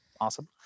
Awesome